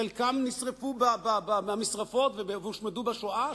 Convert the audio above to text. חלקם נשרפו במשרפות והושמדו בשואה.